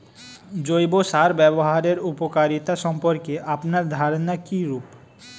জৈব সার ব্যাবহারের উপকারিতা সম্পর্কে আপনার ধারনা কীরূপ?